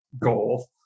goal